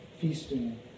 feasting